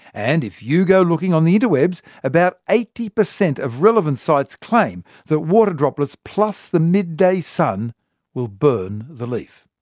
and if you go looking on the interwebs, about eighty per cent of relevant sites claim that water droplets plus the midday sun will burn the leaf.